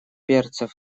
перцев